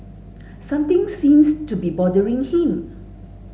something seems to be bothering him